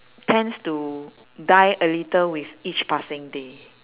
tends to die a little with each passing day